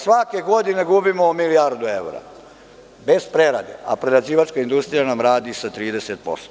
Svake godine gubimo po milijardu evra, bez prerade, a prerađivačka industrija radi sa 30%